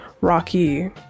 rocky